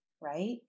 Right